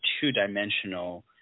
two-dimensional